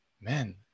man